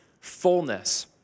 fullness